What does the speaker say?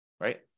right